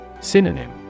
Synonym